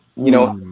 you know,